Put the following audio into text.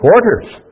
quarters